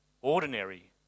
ordinary